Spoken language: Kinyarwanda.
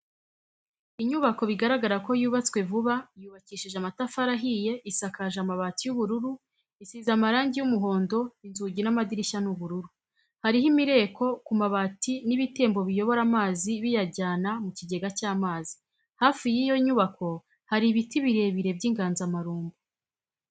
Inyubako bigaragara ko yubatswe vuba yubakishije amatafari ahiye, isakaje amabati y'ubururu, isize amarangi y'umuhondo, inzugi n'amadirishya ni ubururu, hariho imireko ku mabati n'ibitembo biyobora amazi biyajyana mu kigega cy'amazi, hafi y'iyo nyubako hari ibiti birebire by'inganzamarumbo.